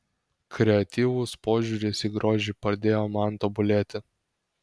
kreatyvus požiūris į grožį padėjo man tobulėti